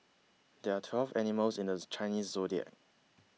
there are twelve animals in this Chinese zodiac